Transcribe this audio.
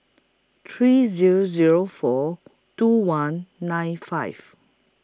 three Zero Zero four two one nine five